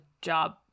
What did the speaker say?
job